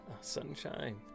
sunshine